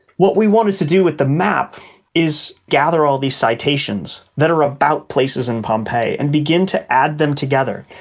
what we wanted to do with the map is gather all these citations that are about places in pompeii and begin to add them together.